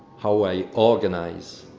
how i organize,